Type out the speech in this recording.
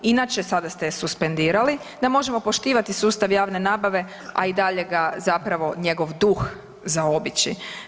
Inače sada ste je suspendirali da možemo poštivati sustav javne nabave a i dalje ga zapravo njegov duh zaobići.